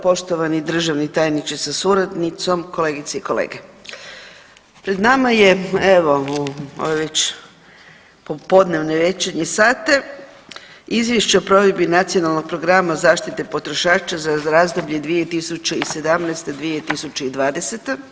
Poštovani državni tajniče sa suradnicom, kolegice i kolege, pred nama je evo u ove već popodnevne i večernje sate Izvješće o provedbi Nacionalnog programa zaštite potrošača za razdoblje 2017.-2020.